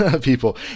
people